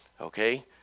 Okay